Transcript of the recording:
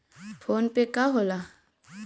PhonePe का होला?